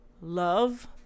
love